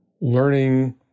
learning